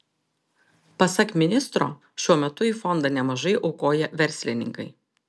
pasak ministro šiuo metu į fondą nemažai aukoja verslininkai